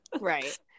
Right